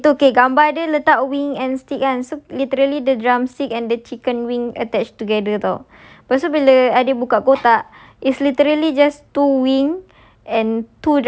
itu kan itu K gambar dia letak wing and stick kan so literally the drumstick and the chicken wing attach together [tau] lepas tu bila I buka kotak it's literally just two wing